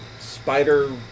spider